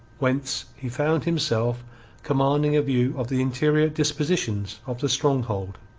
whence he found himself commanding a view of the interior dispositions of the stronghold.